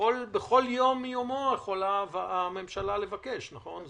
בכל יום מיומו הממשלה יכולה לבקש, נכון?